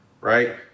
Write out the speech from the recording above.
right